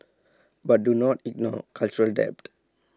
but do not ignore cultural debt